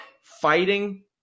Fighting